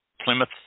Plymouth